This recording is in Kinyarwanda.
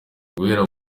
guhera